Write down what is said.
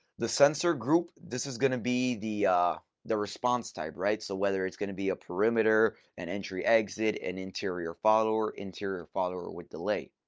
the sensor group, this is going to be the the response type, right? so whether it's going to be a perimeter, and entry exit, an interior follower, interior follower with delay.